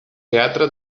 teatre